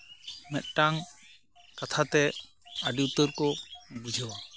ᱢᱤᱫᱴᱟᱝ ᱠᱟᱛᱷᱟ ᱛᱮ ᱟᱹᱰᱤ ᱩᱛᱟᱹᱨ ᱠᱚ ᱵᱩᱡᱷᱟᱹᱣᱟ